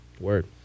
Word